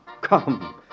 come